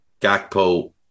Gakpo